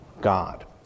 God